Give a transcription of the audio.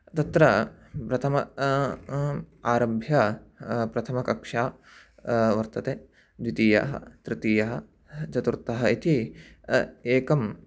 तत्र प्रथमतः आरभ्य प्रथमकक्षा वर्तते द्वितीयः तृतीयः चतुर्थः इति एकं